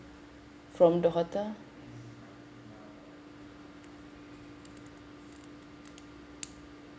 from the hotel